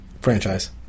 franchise